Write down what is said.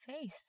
face